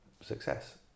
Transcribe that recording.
success